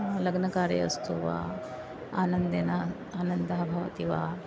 लग्नकार्ये अस्तु वा आनन्देन आनन्दः भवति वा